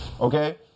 Okay